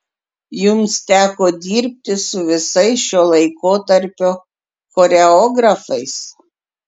jums teko dirbti su visais šio laikotarpio choreografais